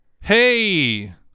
hey